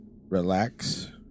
relax